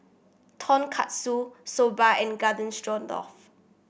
Tonkatsu Soba and Garden Stroganoff